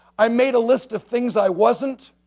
i made a list of things, i wasn't,